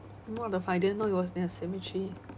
what the fuck I didn't know it was near a cemetery